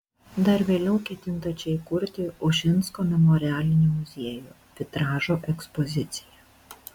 dar vėliau ketinta čia įkurti ušinsko memorialinį muziejų vitražo ekspoziciją